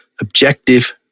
objective